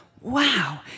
wow